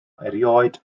erioed